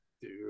dude